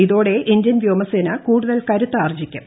ഇതോടെ ഇന്ത്യൻ വ്യോമസേന കൂടുതൽ കരുത്താർജ്ജിക്കും